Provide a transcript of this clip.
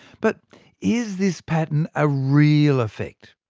but is this pattern a real effect?